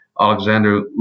Alexander